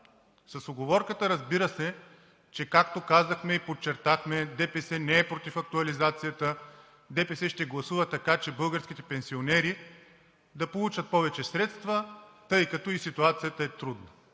с уговорката, разбира се, както казахме и подчертахме, че ДПС не е против актуализацията, ДПС ще гласува така, че българските пенсионери да получат повече средства, тъй като и ситуацията е трудна,